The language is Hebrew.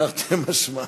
תרתי משמע.